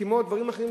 כמו בדברים אחרים,